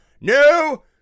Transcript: no